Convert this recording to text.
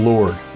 Lord